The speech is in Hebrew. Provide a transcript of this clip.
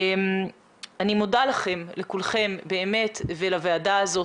אני מודה לכם, לכולכם, ולוועדה הזאת.